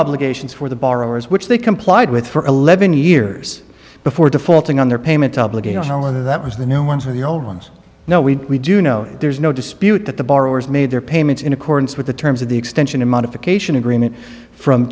obligations for the borrowers which they complied with for eleven years before defaulting on their payment obligation all of that was the new ones with the old ones now we do know there's no dispute that the borrowers made their payments in accordance with the terms of the extension a modification agreement from